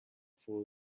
fool